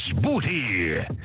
Booty